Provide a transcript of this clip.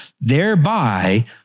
thereby